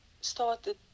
started